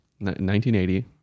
1980